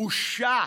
בושה.